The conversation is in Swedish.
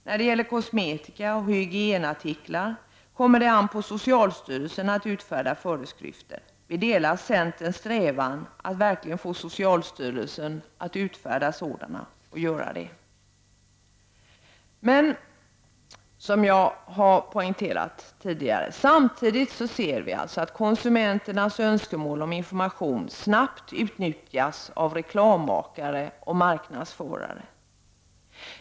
När det gäller kosmetika och hygienartiklar kommer det an på socialstyrelsen att utfärda föreskrifter. Vi delar centerns strävan att verkligen få socialstyrelsen att utfärda dessa. Som jag poängterade tidigare ser vi samtidigt att konsumenternas önskemål om information snabbt utnyttjats av reklammakare och marknadsförare.